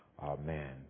amen